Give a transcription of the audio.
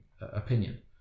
opinion